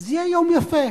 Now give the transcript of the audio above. זה יהיה יום יפה.